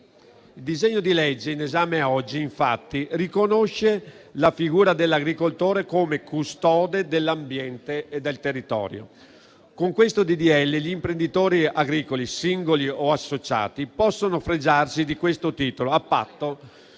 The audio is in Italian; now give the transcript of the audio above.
Il disegno di legge in esame oggi infatti riconosce la figura dell'agricoltore come custode dell'ambiente e del territorio. Con il disegno di legge in esame gli imprenditori agricoli, singoli o associati, possono fregiarsi di questo titolo a patto